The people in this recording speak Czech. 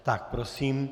Tak prosím.